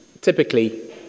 typically